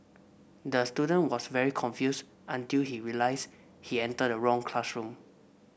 the student was very confused until he realised he entered the wrong classroom